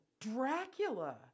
Dracula